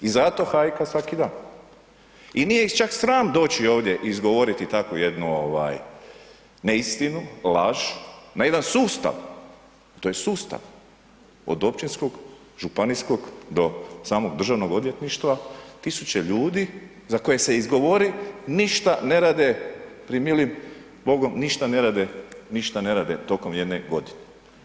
I zato hajka svaki dan i nije ih čak sram doći ovdje izgovoriti takvu jednu neistinu, laž na jedan sustav, to je sustav od općinskog, županijskog do samog državnog odvjetništva, tisuće ljudi za koje se izgovori ništa ne rade pri milim Bogom, ništa ne rade, ništa ne rade tokom jedne godine.